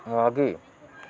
मागे